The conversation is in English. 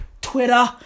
Twitter